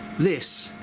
this